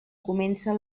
comença